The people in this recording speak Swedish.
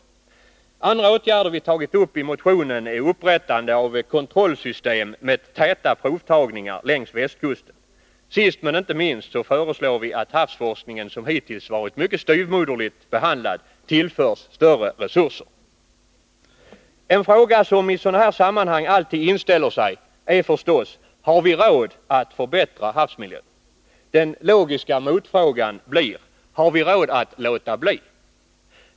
En annan åtgärd som vi har tagit upp i motionen är upprättandet av kontrollsystem med täta provtagningar längs västkusten. Sist men inte minst föreslår vi att havsforskningen, som hittills har varit mycket styvmoderligt behandlad, tillförs större resurser. En fråga som i sådana här sammanhang alltid inställer sig är förstås: Har vi råd att förbättra havsmiljön? Den logiska motfrågan blir: Har vi råd att låta bli?